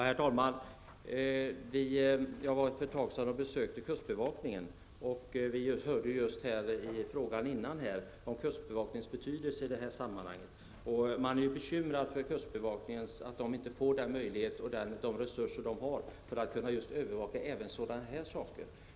Herr talman! Jag besökte för ett tag sedan kustbevakningen. Vi fick i samband med en tidigare fråga höra vilken betydelse kustbevakningen har i detta sammanhang. Man är inom kustbevakningen bekymrad över att man inte får de resurser man behöver för att ha möjlighet att övervaka även sådana här saker.